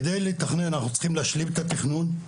כדי לתכנן אנחנו צריכים להשלים את התכנון.